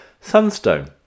Sunstone